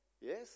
Yes